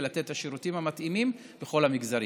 ולתת את השירותים המתאימים לכל המגזרים.